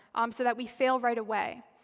um so that we fail right away,